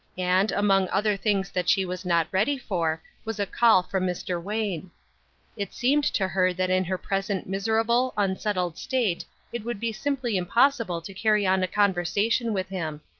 and, among other things that she was not ready for, was a call from mr. wayne it seemed to her that in her present miserable, unsettled state it would be simply impossible to carry on a conversation with him.